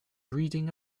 reading